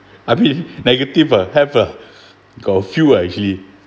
negative ah have ah got a few ah actually